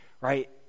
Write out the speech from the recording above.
right